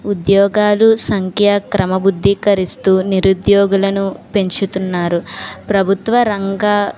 ఉద్యోగాలు సంఖ్యా క్రమబద్దీకరిస్తూ నిరుద్యోగులను పెంచుతున్నారు ప్రభుత్వ రంగ